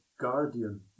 guardian